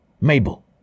Mabel